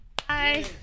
Hi